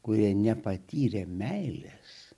kurie nepatyrė meilės